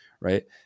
right